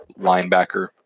linebacker